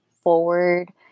forward